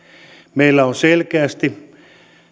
meillä on selkeästi